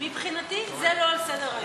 מבחינתי זה לא על סדר-היום.